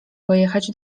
pojechać